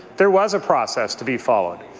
there was a process to be followed.